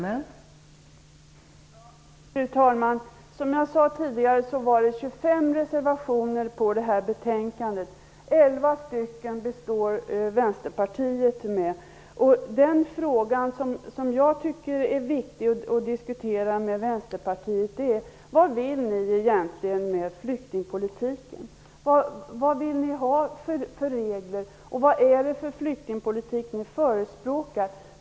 Fru talman! Som jag sade tidigare var det 25 reservationer till detta betänkande, 11 stycken består Den fråga som jag tycker är viktig att diskutera med Vänsterpartiet är vad ni egentligen vill med flyktingpolitiken. Vad vill ni har för regler, och vad är det för flyktingpolitik ni förespråkar?